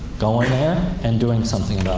going there, and doing something